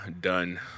done